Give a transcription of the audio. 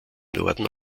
norden